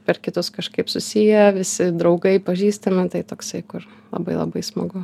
per kitus kažkaip susiję visi draugai pažįstami tai toksai kur labai labai smagu